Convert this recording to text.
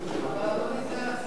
אבל, אדוני סגן השר, גם